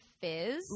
fizz